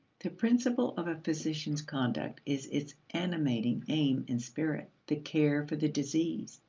the principle of a physician's conduct is its animating aim and spirit the care for the diseased.